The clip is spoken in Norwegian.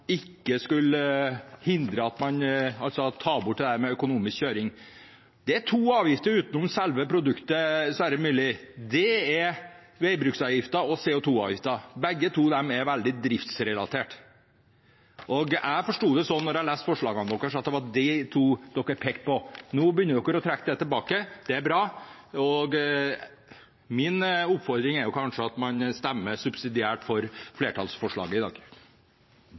ikke skulle ta bort det med økonomisk kjøring. Til Sverre Myrli: Det er to avgifter utenom selve produktet; det er veibruksavgiften og CO 2 -avgiften. Begge avgifter er veldig driftsrelatert. Og jeg forsto det slik da jeg leste forslagene deres at det var disse to man pekte på. Men nå begynner man å trekke det tilbake – det er bra. Min oppfordring er kanskje at man stemmer subsidiært for flertallsvedtaket i dag.